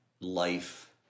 life